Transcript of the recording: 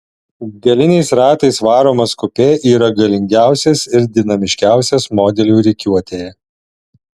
galiniais ratais varomas kupė yra galingiausias ir dinamiškiausias modelių rikiuotėje